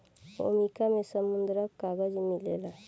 America में मुद्रक कागज मिलेला